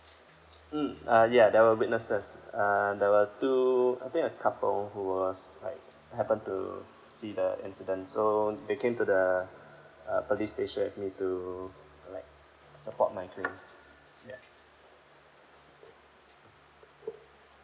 hmm uh ya there were witnesses uh the two I think a couple who was like happened to see the incident so they came to the uh police station with me to like support my claim ya